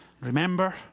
Remember